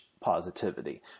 positivity